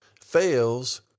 fails